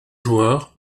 joueur